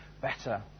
better